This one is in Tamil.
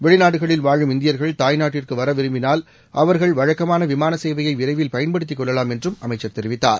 வெளிநாடுகளில் வாழும் இந்தியர்கள் தாய்நாட்டிற்கு வர விரும்பினால் அவர்கள் வழக்கமான விமான சேவையை விரைவில் பயன்படுத்திக் கொள்ளலாம் என்றும் அமைச்சர் தெரிவித்தார்